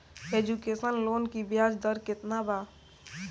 Education loan की ब्याज दर केतना बा?